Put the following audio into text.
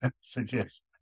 suggest